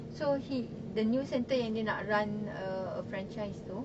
so he the new centre yang dia nak run uh a franchise tu